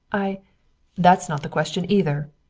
i that's not the question, either.